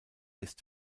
ist